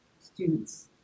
students